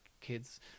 kids